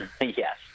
Yes